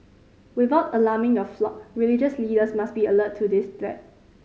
without alarming your flock religious leaders must be alert to this threat